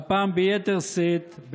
והפעם ביתר שאת,